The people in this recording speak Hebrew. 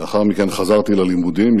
לאחר מכן חזרתי ללימודים,